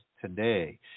today